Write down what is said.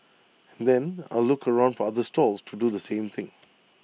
and then I'll look around for other stalls to do the same thing